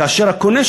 כאשר הקונה,